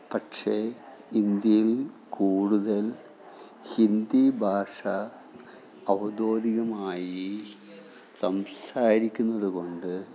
പക്ഷേ ഇന്ത്യയിൽ കൂടുതൽ ഹിന്ദി ഭാഷ ഔദ്യോഗികമായി സംസാരിക്കുന്നതുകൊണ്ട്